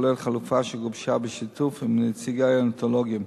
כולל חלופה שגובשה בשיתוף עם נציגי הנאונטולוגים.